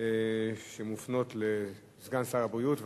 שמופנות לסגן שר הבריאות.